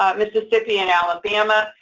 um mississippi, and alabama.